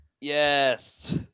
Yes